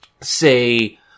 say